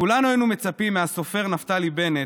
כולנו היינו מצפים מהסופר נפתלי בנט,